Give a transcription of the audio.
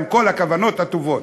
עם כל הכוונות הטובות.